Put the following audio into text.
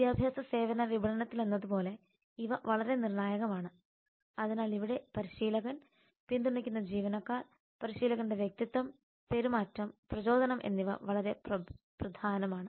വിദ്യാഭ്യാസ സേവന വിപണനത്തിലെന്നപോലെ ഇവ വളരെ നിർണായകമാണ് അതിനാൽ ഇവിടെ പരിശീലകൻ പിന്തുണയ്ക്കുന്ന ജീവനക്കാർ പരിശീലകന്റെ വ്യക്തിത്വം പെരുമാറ്റം പ്രചോദനം എന്നിവ വളരെ പ്രധാനമാണ്